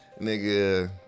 nigga